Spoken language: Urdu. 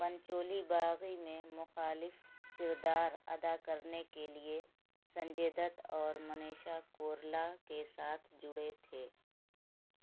پنچولی باغی میں مخالف کردار ادا کرنے کے لیے سنجے دت اور منیشا کورلا کے ساتھ جڑے تھے